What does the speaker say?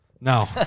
No